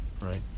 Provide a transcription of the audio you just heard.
right